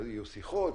שיהיו שיחות,